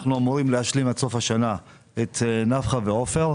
אנחנו אמורים להשלים עד סוף השנה את נפחא ועופר.